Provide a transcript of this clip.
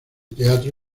teatro